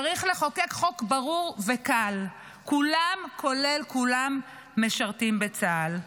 צריך לחוקק חוק ברור וקל: כולם כולל כולם משרתים בצה"ל.